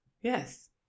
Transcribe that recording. yes